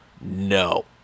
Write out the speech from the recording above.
no